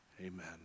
amen